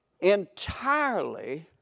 entirely